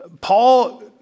Paul